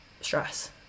stress